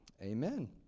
Amen